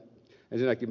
pentille